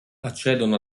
accedono